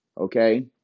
Okay